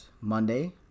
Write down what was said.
Monday